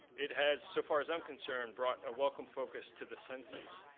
it has, so far as i'm concerned, brought a welcome focus to the senses,